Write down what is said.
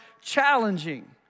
challenging